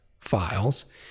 files